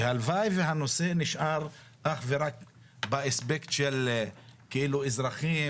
והלוואי והנושא נשאר אך ורק באספקט של כאילו אזרחים